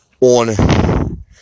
on